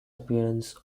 appearance